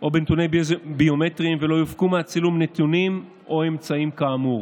או בנתונים ביומטריים ולא יופקו מהצילום נתונים או אמצעים כאמור.